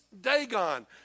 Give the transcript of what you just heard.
Dagon